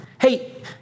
Hey